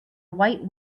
white